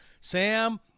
Sam